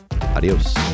Adios